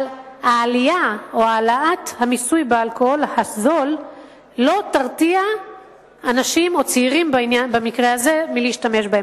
אבל העלאת המיסוי של האלכוהול הזול לא תרתיע צעירים מלהשתמש בו,